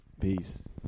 Peace